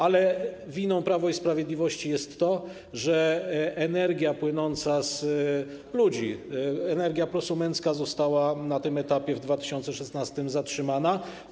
Ale winą Prawa i Sprawiedliwości jest to, że energia płynąca od ludzi, energia prosumencka została na tym etapie w 2016 r. zatrzymana.